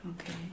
Okay